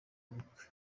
ubukwe